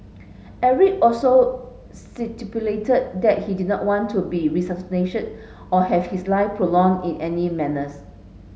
Eric also stipulated that he did not want to be or have his life prolonged in any manners